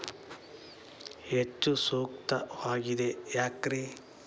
ಹೆಚ್ಚು ಸೂಕ್ತವಾಗಿದೆ ಯಾಕ್ರಿ?